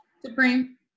Supreme